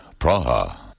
Praha